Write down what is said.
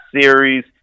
series